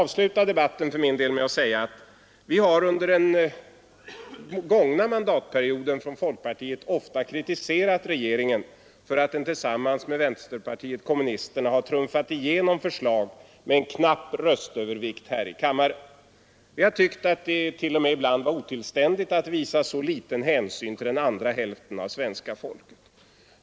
Vi har under den gångna mandatperioden från folkpartiet ofta kritiserat regeringen för att den tillsammans med vänsterpartiet kommunisterna har trumfat igenom förslag med en knapp röstövervikt här i kammaren. Vi har tyckt att det varit otillständigt att visa så liten hänsyn till den andra hälften av svenska folket.